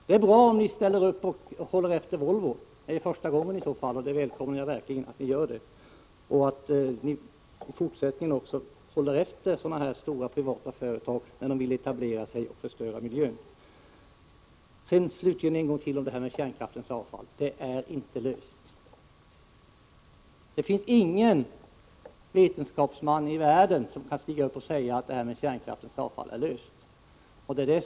Det är bra om ni håller efter Volvo. Det är i så fall första gången. Jag välkomnar verkligen om ni gör det och om ni framöver håller efter stora privata företag när de vill etablera sig och förstöra miljön. Slutligen vill jag en gång till ta upp frågan om kärnkraftsavfallet. Problemet är inte löst. Det finns ingen vetenskapsman i världen som kan stiga upp och säga: Kärnkraftens avfallsproblem är löst.